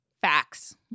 facts